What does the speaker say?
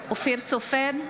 אופיר סופר,